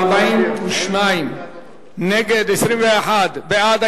42 נגד, 21 בעד.